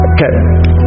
Okay